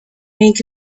make